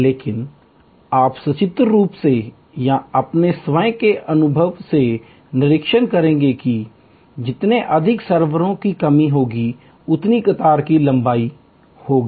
लेकिन आप सचित्र रूप से या अपने स्वयं के अनुभव से निरीक्षण करेंगे कि जितने अधिक सर्वरों की कमी होगी उतनी कतार की लंबाई होगी